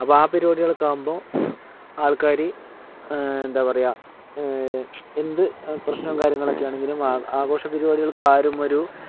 അപ്പോൾ ആ പരിപാടികളൊക്കെയാകുമ്പോ ആൾക്കാര് എന്താ പറയുക എന്ത് പ്രശ്നം കാര്യങ്ങളുമൊക്കെയാണെങ്കിലും ആ ആഘോഷ പരിപാടികൾക്ക് ആരും ഒരു